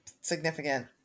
significant